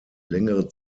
längere